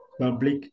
public